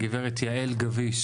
הגב' יעל גביש